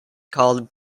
called